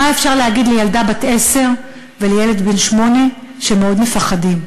מה אפשר להגיד לילדה בת עשר ולילד בן שמונה שמאוד מפחדים?